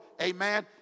Amen